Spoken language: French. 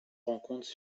rencontre